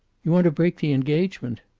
you want to break the engagement?